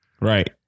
Right